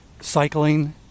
cycling